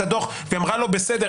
והיא אמרה לו "בסדר".